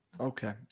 Okay